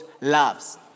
loves